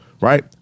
right